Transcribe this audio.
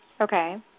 Okay